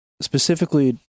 specifically